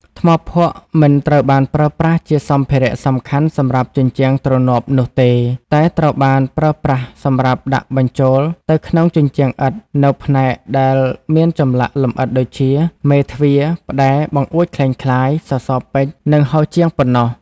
ថ្មភក់មិនត្រូវបានប្រើប្រាស់ជាសម្ភារៈសំខាន់សម្រាប់ជញ្ជាំងទ្រនាប់នោះទេ តែត្រូវបានប្រើប្រាស់សម្រាប់ដាក់បញ្ចូលទៅក្នុងជញ្ជាំងឥដ្ឋនូវផ្នែកដែលមានចម្លាក់លម្អិតដូចជា មេទ្វារ ផ្តែរ បង្អួចក្លែងក្លាយ សសរពេជ្រ និងហោជាងបុណ្ណោះ។